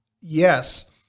yes